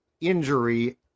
injury